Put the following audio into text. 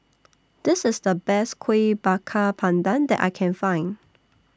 This IS The Best Kueh Bakar Pandan that I Can Find